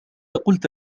قلت